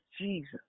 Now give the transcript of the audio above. Jesus